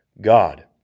God